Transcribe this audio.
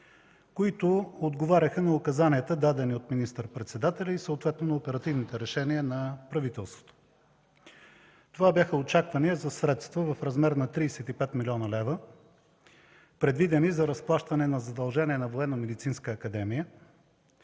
Те отговаряха на указанията, дадени от министър-председателя, и съответно на оперативните решения на правителството. Това бяха очаквания за средства в размер на 35 млн. лв., предвидени за разплащане на задължения на